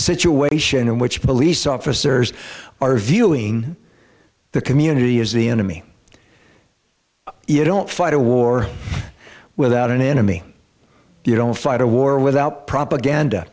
situation in which police officers are viewing the community as the enemy it don't fight a war without an enemy you don't fight a war without propaganda